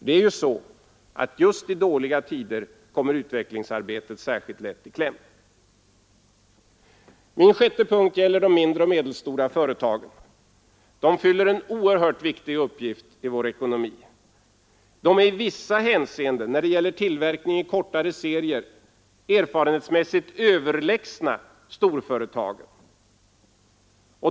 Det är ju så att just i dåliga tider kommer utvecklingsarbetet särskilt lätt i kläm. 6. Statsmakterna måste satsa på de mindre och medelstora företagen. De fyller en oerhört viktig uppgift i vår ekonomi. De är när det gäller tillverkning i kortare serier erfarenhetsmässigt överlägsna storföretagen.